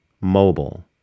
mobile